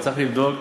צריך לבדוק